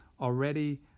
already